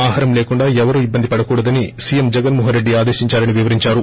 ఆహారం లేకుండా ఎవరూ ఇబ్బంది పడకూడదని సీఎం జగన్ మోహన్ రెడ్డి ఆదేశించారని వివరించారు